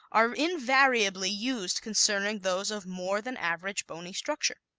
are invariably used concerning those of more than average bony structure.